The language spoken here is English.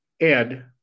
Ed